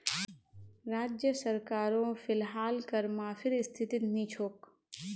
राज्य सरकारो फिलहाल कर माफीर स्थितित नी छोक